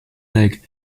legg